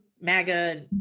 MAGA